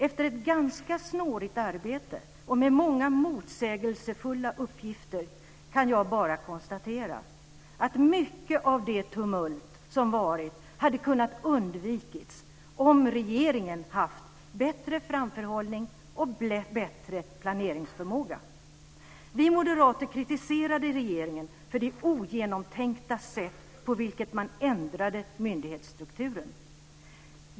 Efter ett ganska snårigt arbete och med många motsägelsefulla uppgifter kan jag bara konstatera att mycket av det tumult som varit hade kunnat undvikas om regeringen haft bättre framförhållning och bättre planeringsförmåga. Vi moderater kritiserade regeringen för det ogenomtänkta sätt på vilket man ändrade myndighetsstrukturen.